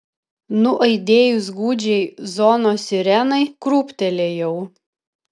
nuaidėjus gūdžiai zonos sirenai krūptelėjau